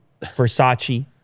Versace